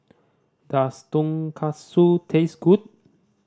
does Tonkatsu taste good